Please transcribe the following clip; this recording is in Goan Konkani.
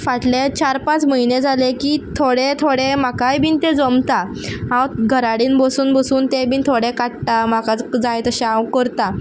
फाटले चार पांच म्हयने जाले की थोडें थोडें म्हाकाय बीन तें जमता हांव घरा कडेन बसून बसून तें बीन थोडे काडटा म्हाकाच जाय तशें हांव करता